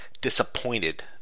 disappointed